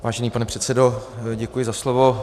Vážený pane předsedo, děkuji za slovo.